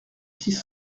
six